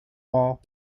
wall